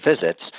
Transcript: visits